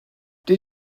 did